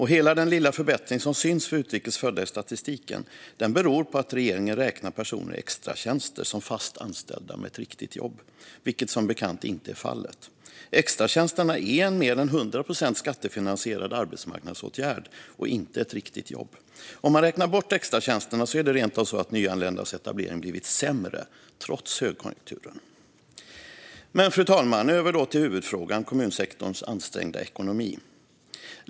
Hela den lilla förbättring som syns för utrikes födda i statistiken beror på att regeringen räknar personer i extratjänster som fast anställda med ett riktigt jobb, vilket som bekant inte är fallet. Extratjänsterna är en till mer än 100 procent skattefinansierad arbetsmarknadsåtgärd, och inte ett riktigt jobb. Om man räknar bort extratjänsterna är det rent av så att nyanländas etablering har blivit sämre, trots högkonjunkturen. Men, fru talman, nu över till huvudfrågan: kommunsektorns ansträngda ekonomi.